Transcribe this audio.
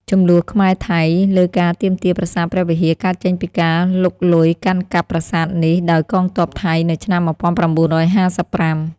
ជម្លោះខ្មែរ ថៃ លើការទាមទារបា្រសាទព្រះវិហារ កើតចេញពីការលុកលុយកាន់កាប់ប្រាសាទនេះដោយកងទ័ពថៃនៅឆ្នាំ ១៩៥៥។